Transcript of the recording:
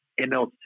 MLC